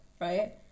right